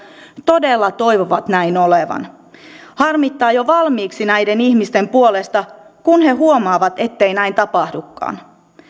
todella toivovat näin olevan harmittaa jo valmiiksi näiden ihmisten puolesta kun he huomaavat ettei näin tapahdukaan